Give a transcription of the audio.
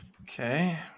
Okay